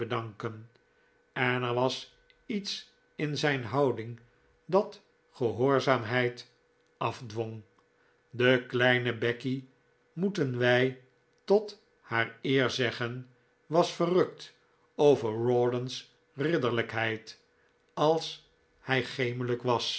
bedanken en er was iets in zijn houding dat gehoorzaamheid afdwong de kleine becky moeten wij tot haar eer zeggen was verrukt over rawdon's ridderlijkheid als hij gemelijk was